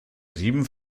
sieben